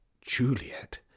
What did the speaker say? Juliet